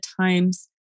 times